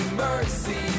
mercy